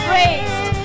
raised